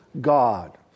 God